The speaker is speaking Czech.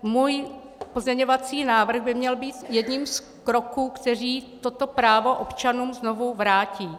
Můj pozměňovací návrh by měl být jedním z kroků, které toto právo občanům znovu vrátí.